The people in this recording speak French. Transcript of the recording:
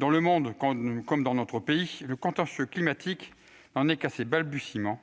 Dans le monde, comme dans notre pays, le contentieux climatique n'en est qu'à ses balbutiements.